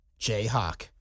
Jayhawk